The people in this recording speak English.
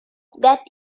that